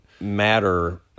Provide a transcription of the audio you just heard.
Matter